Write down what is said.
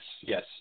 yes